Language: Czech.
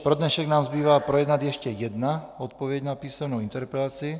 Pro dnešek nám zbývá projednat ještě jednu odpověď na písemnou interpelaci.